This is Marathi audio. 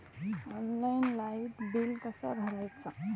ऑनलाइन लाईट बिल कसा भरायचा?